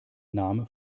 name